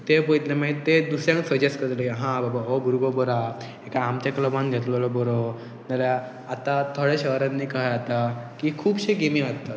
तें पळयतले मागीर ते दुसऱ्यांक सजस्ट करतले हा बाबा हो भुरगो बरो आहा एका आमच्या क्लबान घेतलेलो बरो जाल्यार आतां थोड्या शहरांतनी कहें जाता की खुबशे गेमी आसताता